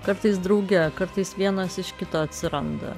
kartais drauge kartais vienas iš kito atsiranda